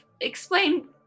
explain